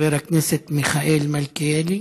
חבר הכנסת מיכאל מלכיאלי,